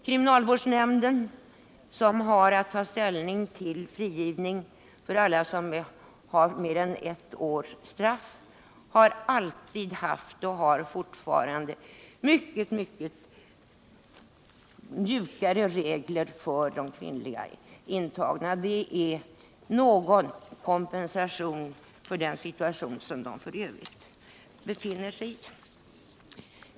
Kriminalvårdsnämnden, som har att ta ställning till frigivning för alla som har mer än ett års straff, har alltid haft och har fortfarande mycket mjukare regler för de kvinnliga intagna. Det är någon kompensation för den situation som de f. ö. befinner sig i.